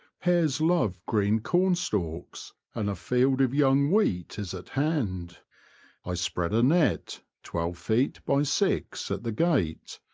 hares love green cornstalks, and a field of young wheat is at hand i spread a net, twelve feet by six, at the gate,